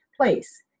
Place